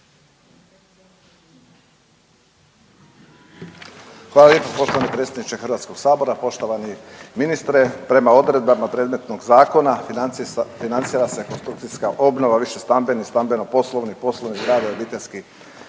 Hvala lijepo poštovani predsjedniče HS-a, poštovani ministre. Prema odredbama predmetnog Zakona, financira se konstrukcijska obnova višestambenih, stambeno-poslovnih, poslovnih zgrada i obiteljskih